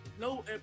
No